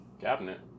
Cabinet